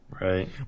Right